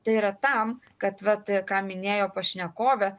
tai yra tam kad vat ką minėjo pašnekovė